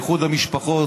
איחוד המשפחות,